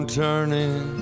turning